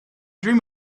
dream